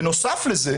בנוסף לזה,